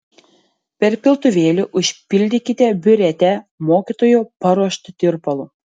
per piltuvėlį užpildykite biuretę mokytojo paruoštu tirpalu